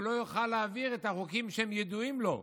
לא יוכל להעביר את החוקים שהם ידועים לו.